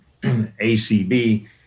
ACB